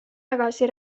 tagasi